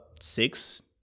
six